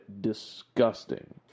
disgusting